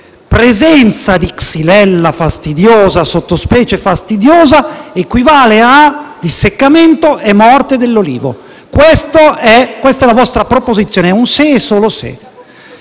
presenza di xylella fastidiosa, sottospecie fastidiosa, equivale al disseccamento e alla morte dell'olivo. Questa è la vostra proposizione: è un se e solo se.